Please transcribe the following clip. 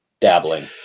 dabbling